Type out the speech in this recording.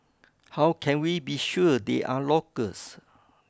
how can we be sure they are locals